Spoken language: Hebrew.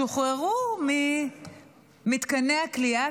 שוחררו ממתקני הכליאה,